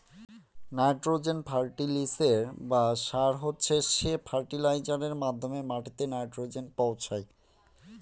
nitrogen ফার্টিলিসের বা সার হচ্ছে সে ফার্টিলাইজারের মাধ্যমে মাটিতে নাইট্রোজেন পৌঁছায়